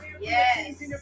Yes